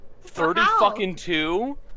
Thirty-fucking-two